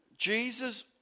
Jesus